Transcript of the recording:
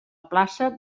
plaça